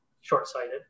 short-sighted